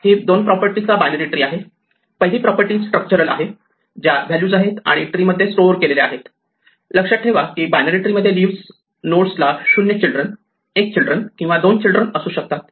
heap दोन property चा binary tree आहे पहिली प्रॉपर्टी स्ट्रक्चरल आहे ज्या व्हॅल्यूज आहेत आणि ट्री मध्ये स्टोअर केलेल्या आहे लक्षात ठेवा कि बायनरी ट्री मध्ये लिव्हज नोडस् ला 0 चिल्ड्रन 1 चिल्ड्रन किंवा 2 चिल्ड्रन असू शकतात